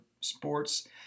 sports